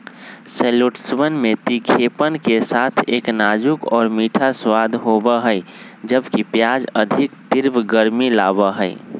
शैलोट्सवन में तीखेपन के साथ एक नाजुक और मीठा स्वाद होबा हई, जबकि प्याज अधिक तीव्र गर्मी लाबा हई